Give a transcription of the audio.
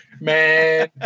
man